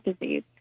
disease